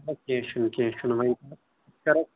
ہا کینہہ چُھنہٕ کینہہ چُھنہٕ وۄنۍ کَرو